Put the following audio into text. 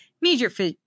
major